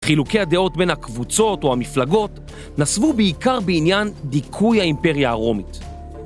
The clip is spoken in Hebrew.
חילוקי הדעות בין הקבוצות או המפלגות נסבו בעיקר בעניין דיכוי האימפריה הרומית.